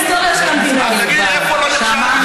אני אומרת לך שאנחנו,